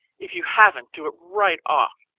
if you haven't, do it right off.